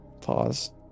pause